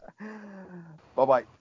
Bye-bye